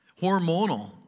Hormonal